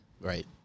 Right